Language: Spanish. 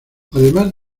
además